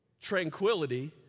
tranquility